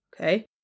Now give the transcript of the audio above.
okay